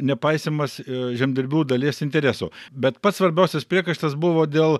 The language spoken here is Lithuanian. nepaisymas ir žemdirbių dalies interesų bet pats svarbiausias priekaištas buvo dėl